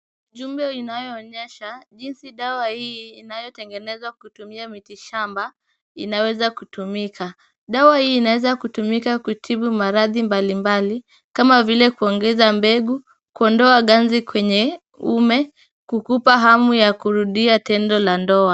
Jumbe inayoonyesha jinsi dawa hii inayotengenezwa kutumia miti shamba inavyoweza kutumika. Dawa hii inaweza kutumika kutibu maradhi mbalimbali kama vile kuongeza mbegu, kuondoa ganzi kwenye uume, kukupa hamu ya kurudia tendo la ndoa.